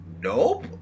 Nope